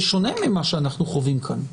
זה שונה ממה שאנחנו חווים כאן.